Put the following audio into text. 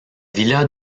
villa